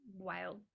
wild